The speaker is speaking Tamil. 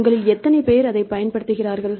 உங்களில் எத்தனை பேர் அதை பயன்படுத்துகிறீர்கள்